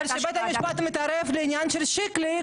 אבל כשבית המשפט התערב בעניין של שקילו,